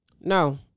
No